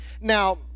now